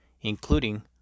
including